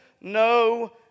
no